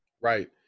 Right